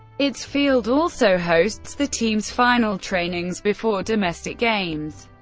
its field also hosts the team's final trainings before domestic games.